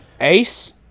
Ace